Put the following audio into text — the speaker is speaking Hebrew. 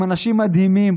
עם אנשים מדהימים,